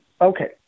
Okay